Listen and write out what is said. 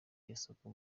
isoko